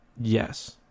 Yes